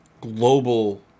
global